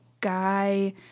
guy